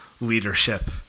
leadership